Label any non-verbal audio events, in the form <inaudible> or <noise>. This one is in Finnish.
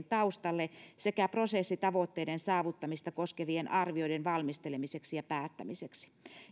<unintelligible> taustalle sekä prosessi tavoitteiden saavuttamista koskevien arvioiden valmistelemiseksi ja päättämiseksi